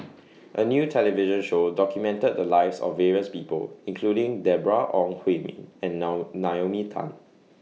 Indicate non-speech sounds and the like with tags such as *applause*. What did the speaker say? *noise* A New television Show documented The Lives of various People including Deborah Ong Hui Min and *unintelligible* Naomi Tan